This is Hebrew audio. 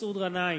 מסעוד גנאים,